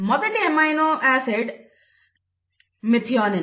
మొదటి amino acid methionine